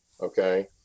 Okay